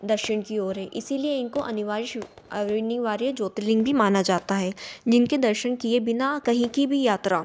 दक्षिण की ओर है इसलिए इनको अनिवार्य अनिवार्य ज्योतिर्लिंग भी माना जाता है जिनके दर्शन किए बिना कहीं की भी यात्रा